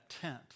tent